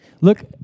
Look